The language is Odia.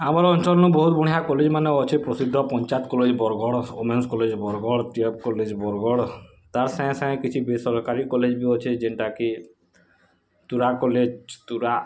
ଆମର୍ ଅଞ୍ଚଲ୍ନୁ ବହୁତ୍ ବଢ଼ିଆ କଲେଜ୍ମାନେ ଅଛେ ପ୍ରସିଦ୍ଧ ପଞ୍ଚାୟତ୍ କଲେଜ୍ ବରଗଡ଼ର ଓମେନ୍ସ୍ କଲେଜ୍ ବରଗଡ଼୍ ପ୍ରିୟପ୍ କଲେଜ୍ ବରଗଡ଼୍ ତା'ର୍ ସାଙ୍ଗେ ସାଙ୍ଗେ କିଛି ବେସରକାରୀ କଲେଜ୍ ବି ଅଛି ଯେନ୍ତା କି ତୁରା କଲେଜ୍ ତୁରା